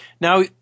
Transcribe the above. Now